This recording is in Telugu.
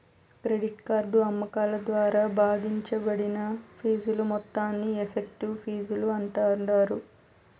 క్రెడిట్ కార్డు అమ్మకాల ద్వారా భాగించబడిన ఫీజుల మొత్తాన్ని ఎఫెక్టివ్ ఫీజులు అంటాండారు